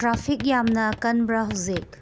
traffic ꯌꯥꯝꯅ ꯀꯟꯕ꯭ꯔꯥ ꯍꯧꯖꯤꯛ